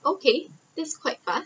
okay that’s quite fast